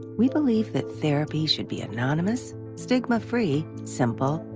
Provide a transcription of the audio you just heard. we believe that therapy should be anonymous. stigma free, simple,